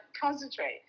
concentrate